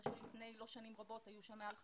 כאשר לא לפני שנים רבות היו שם מעל 15,000,